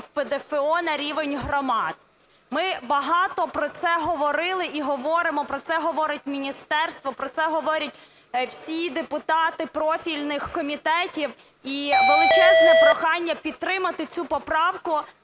ПДФО на рівень громад. Ми багато про це говорили і говоримо. Про це говорить міністерство, про це говорять всі депутати профільних комітетів і величезне прохання підтримати цю поправку.